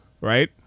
right